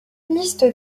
liste